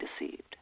deceived